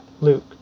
Luke